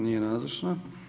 Nije nazočna.